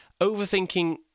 Overthinking